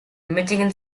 michigan